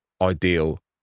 ideal